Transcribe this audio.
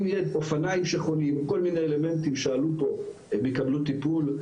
אם יש אופניים שחונים או כל מיני אלמנטים שעלו פה הם יקבלו טיפול.